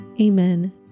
Amen